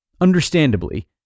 understandably